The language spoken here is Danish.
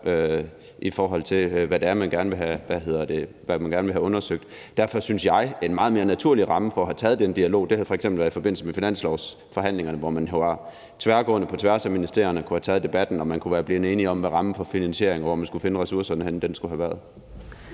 i forhold til hvad det er, man gerne vil have undersøgt. Derfor synes jeg, at en meget mere naturlig ramme for at tage den dialog havde været i forbindelse med f.eks. finanslovsforhandlingerne, hvor man på tværs af ministerierne kunne have taget debatten og være blevet enige om rammen for finansieringen, og hvor man skulle finde ressourcerne henne. Kl.